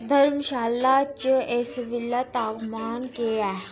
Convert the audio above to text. धर्मशाला च इस बेल्लै तापमान केह् ऐ